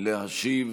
להשיב